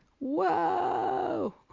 whoa